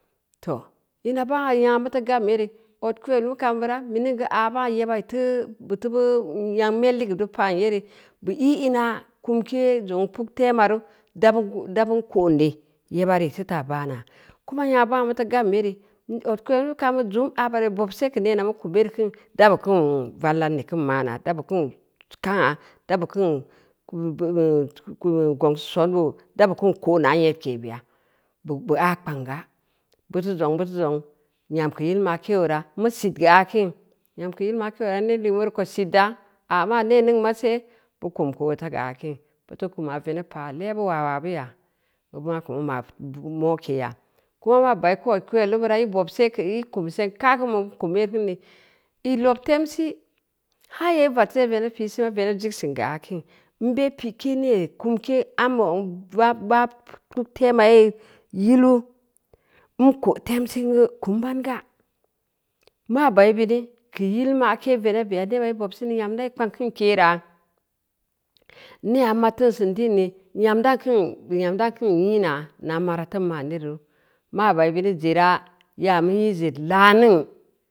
Too, ina bangna nyengna mutu gam yere, odkuduel mu kambira menning geu aa banga yeba iteu, buteu bu nyeng mele ligeud pa’n yere bu i’ ina kumke zong puk fewaru debun ko’nde, yeba reu ita da baana, kuma nyengna bangna muteu gam yere odkadvel kam zum a bara bob se keu neena mu kum yere kin, dabu kean hmm vallande keun ma’na, dabu keun ka’angna, da kun bombeu kumbeu gongseu soonou, da bu kun ko’na nyed ke beya, bob bu aa kpang ga. Buteu zong, bu teu zong. Nyam keu yil ma’kee oora, mu sit keu aakun, nyam keu yi ma’ke ara neng ligeu mureu ko sitda, aa maa nee ningn ma see, bu kum geu oota ga aakin, buteu kuma veneb pa te’bu waa buya, maako ma ma’ mokeya, ko maa ba’i ku odkavelmu birai bobse keu i kum seng ka’ kin neu i kum yee kin ne, i lob temsi, nhaa ya radsei veneb pi i se veneb zig sen gerakin, n be pi kee nee ko kumke ambeu puktema yee yilu, n ko temsingu, kum banga, ma bai bini. geu yil ma’ke veneb beya neba i bob sin neu nyam dai kpang kin kera, nee mad tii sin di’n neu nyam dau kin nyam dau kin liina mara tenn ma’yere ru, maa bai bini zera yaa ngized laa-ning…